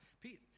Pete